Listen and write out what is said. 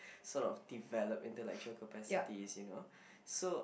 sort of develop intellectual capacity you know